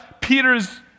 Peter's